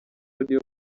audio